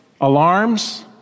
alarms